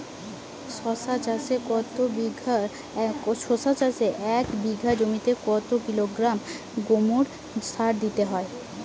শশা চাষে এক বিঘে জমিতে কত কিলোগ্রাম গোমোর সার দিতে হয়?